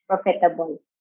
profitable